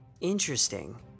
Interesting